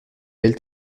belle